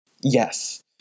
Yes